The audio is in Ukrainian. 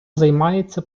займається